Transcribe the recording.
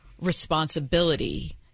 responsibility